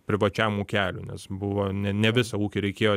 privačiam ūkeliui nes buvo ne ne visą ūkį reikėjo